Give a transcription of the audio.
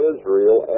Israel